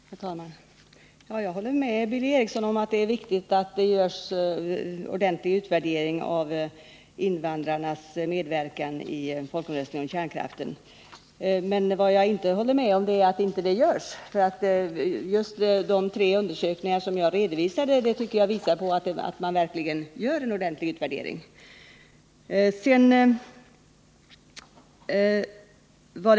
Herr talman! Jag håller med Billy Eriksson om att det är viktigt att det görs en ordentlig utvärdering av invandrarnas medverkan i folkomröstningen om kärnkraften. Men jag håller inte med honom om att detta inte görs. Just de Nr 142 tre undersökningar som jag redovisade tycker jag visar på att en ordentlig Måndagen den utvärdering verkligen görs.